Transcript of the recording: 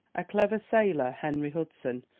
a clever sailor, henry hudson,